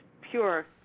pure